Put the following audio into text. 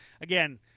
again